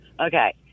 Okay